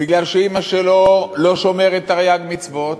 בגלל שאימא שלו לא שומרת תרי"ג מצוות,